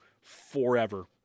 forever